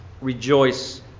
Rejoice